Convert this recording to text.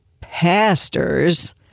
pastors